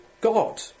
God